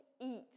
eat